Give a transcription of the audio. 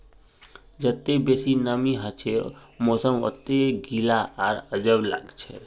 जत्ते बेसी नमीं हछे मौसम वत्ते गीला आर अजब लागछे